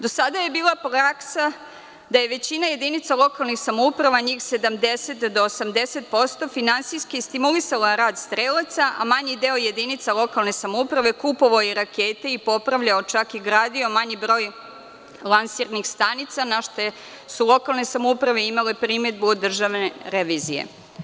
Do sada je bila praksa da je većina jedinica lokalnih samouprava, njih 70 do 80% finansijski stimulisala rad strelaca, a manji deo jedinica lokalne samouprave kupovao je rakete i popravljao, čak i gradio manji broj lansirnih stanica, na šta su lokalne samouprave imale primedbu od državne revizije.